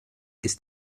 ist